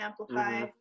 amplify